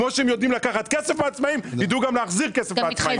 כמו שהם יודעים לקחת כסף מעצמאים שידעו גם להחזיר כסף לעצמאים.